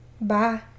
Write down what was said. bye